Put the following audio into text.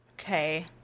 okay